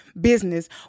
business